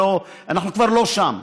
אנחנו כבר לא שם.